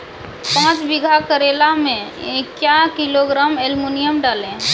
पाँच बीघा करेला मे क्या किलोग्राम एलमुनियम डालें?